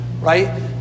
right